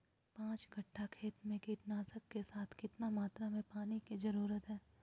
पांच कट्ठा खेत में कीटनाशक के साथ कितना मात्रा में पानी के जरूरत है?